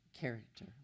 character